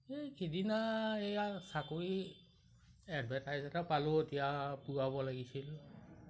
এই সিদিনা এয়া চাকৰি এডভাৰটাইজ এটা পালোঁ এতিয়া পূৰাব লাগিছিল